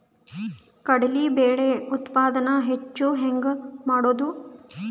ಕಡಲಿ ಬೇಳೆ ಉತ್ಪಾದನ ಹೆಚ್ಚು ಹೆಂಗ ಮಾಡೊದು?